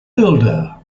builder